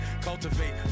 Cultivate